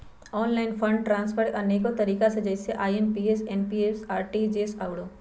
online fund transfer के अनेक तरिका हइ जइसे आइ.एम.पी.एस, एन.ई.एफ.टी, आर.टी.जी.एस आउरो